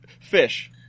fish